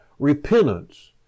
Repentance